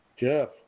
Jeff